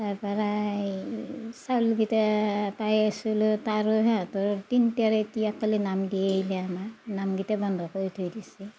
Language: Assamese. তাৰ পৰা এই চাউলকিটা পাই আছিলোঁ তাৰো সিহঁতৰ তিনিটাৰে এতিয়া ক'লে নাম দিয়াই নাই আমাৰ নামকেইটা বন্ধ কৰি থৈ দিছে